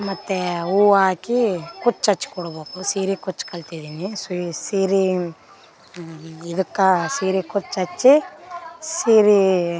ಮತ್ತು ಹೂವು ಹಾಕಿ ಕುಚ್ಚು ಹಚ್ ಕೊಡ್ಬೇಕು ಸೀರೆ ಕುಚ್ಚು ಕಲ್ತಿದೀನಿ ಸೀರೆ ಇದಕ್ಕೆ ಸೀರೆ ಕುಚ್ಚು ಹಚ್ಚಿ ಸೀರೆ